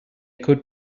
could